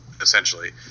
essentially